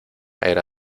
era